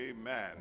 Amen